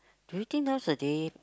do you think nowadays